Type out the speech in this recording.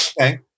Okay